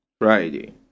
Friday